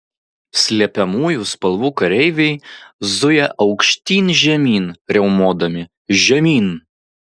slepiamųjų spalvų kareiviai zuja aukštyn žemyn riaumodami žemyn